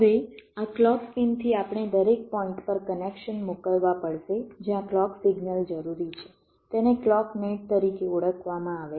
હવે આ ક્લૉક પિનથી આપણે દરેક પોઇન્ટ પર કનેક્શન મોકલવા પડશે જ્યાં ક્લૉક સિગ્નલ જરૂરી છે તેને ક્લૉક નેટ તરીકે ઓળખવામાં આવે છે